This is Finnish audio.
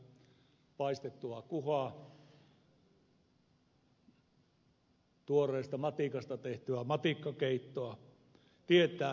muikkuja paistettua kuhaa tuoreesta matikasta tehtyä matikkakeittoa tietää mistä puhun